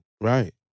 Right